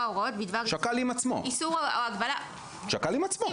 הוראות בדבר איסור או הגבלה --- שקל עם עצמו.